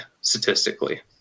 statistically